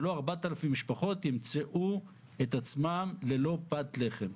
שלא 4,000 משפחות ימצאו את עצמם ללא פת לחם.